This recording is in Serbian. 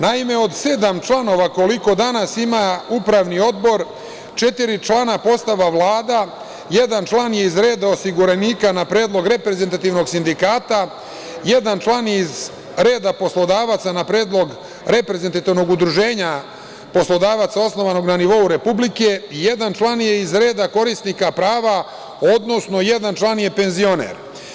Naime, od sedam članova, koliko danas ima Upravni odbor, četiri člana postavlja Vlada, jedan član je iz reda osiguranika na predlog reprezentativnog sindikata, jedan član je iz reda poslodavaca na predlog reprezentativnog udruženja poslodavaca osnovanog na nivou Republike, jedan član je iz reda korisnika prava, odnosno jedan član je penzioner.